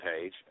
page